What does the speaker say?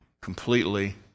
completely